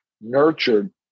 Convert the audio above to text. nurtured